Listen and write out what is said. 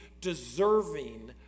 deserving